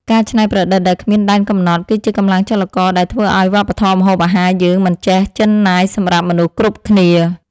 ការច្នៃប្រឌិតដែលគ្មានដែនកំណត់គឺជាកម្លាំងចលករដែលធ្វើឱ្យវប្បធម៌ម្ហូបអាហារយើងមិនចេះជិនណាយសម្រាប់មនុស្សគ្រប់គ្នា។